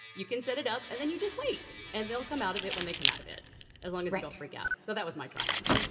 you can set it up and then you just wait and they'll come out of it when they come out of it as long as i freak out. so that was my triumph.